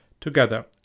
Together